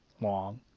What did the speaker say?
long